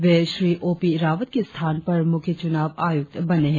वे Shri O P Rawat के स्थान पर मुख्य चुनाव आयुक्त बने है